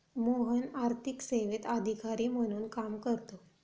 मोहन आर्थिक सेवेत अधिकारी म्हणून काम करतो